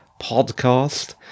podcast